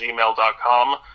gmail.com